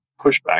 pushback